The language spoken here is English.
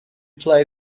play